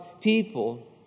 people